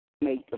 make